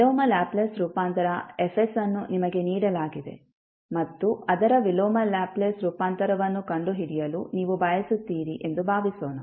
ವಿಲೋಮ ಲ್ಯಾಪ್ಲೇಸ್ ರೂಪಾಂತರ F ಅನ್ನು ನಿಮಗೆ ನೀಡಲಾಗಿದೆ ಮತ್ತು ಅದರ ವಿಲೋಮ ಲ್ಯಾಪ್ಲೇಸ್ ರೂಪಾಂತರವನ್ನು ಕಂಡುಹಿಡಿಯಲು ನೀವು ಬಯಸುತ್ತೀರಿ ಎಂದು ಭಾವಿಸೋಣ